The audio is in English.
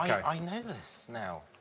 i know this now.